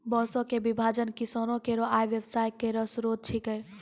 बांसों क विभाजन किसानो केरो आय व्यय केरो स्रोत छिकै